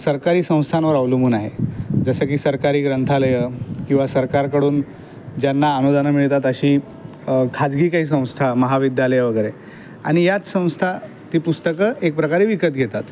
सरकारी संस्थांवर अवलंबून आहे जसं की सरकारी ग्रंथालयं किवा सरकारकडून ज्यांना अनुदानं मिळतात अशी खाजगी काही संस्था महाविद्यालयं वगैरे आणि याच संस्था ती पुस्तकं एक प्रकारे विकत घेतात